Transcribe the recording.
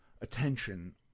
attention